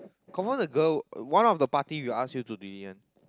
confirm the girl one of the party will ask you to delete one